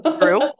True